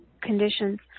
conditions